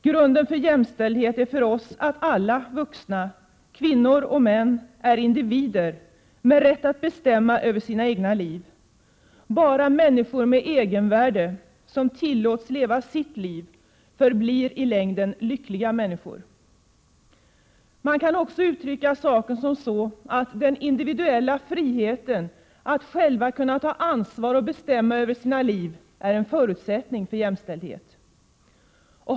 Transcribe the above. Grunden för jämställdhet är för oss att alla vuxna, kvinnor och män, är individer med rätt att bestämma över sina egna liv. Bara människor med egenvärde, som tillåts leva sitt liv, förblir i längden lyckliga människor. Man kan också uttrycka saken som så, att den individuella friheten, att själv kunna ta ansvar och bestämma över sitt liv, är en förutsättning för jämställdhet.